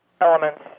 elements